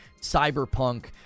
Cyberpunk